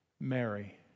Mary